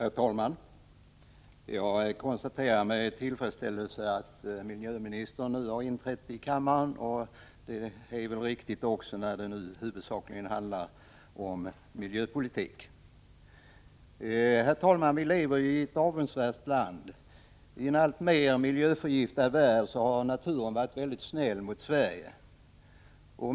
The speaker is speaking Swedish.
Herr talman! Jag konstaterar med tillfredsställelse att miljöministern nu har inträtt i kammaren. Det är väl riktigt när debatten huvudsakligen handlar om miljöpolitik. Herr talman! Vi lever i ett avundsvärt land. I en alltmer miljöförgiftad värld har naturen varit snäll mot Sverige.